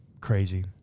crazy